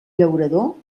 llaurador